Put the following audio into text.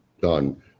done